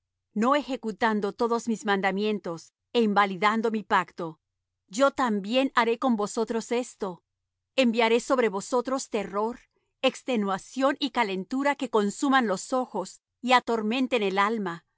no ejecutando todos mis mandamientos é invalidando mi pacto yo también haré con vosotros esto enviaré sobre vosotros terror extenuación y calentura que consuman los ojos y atormenten el alma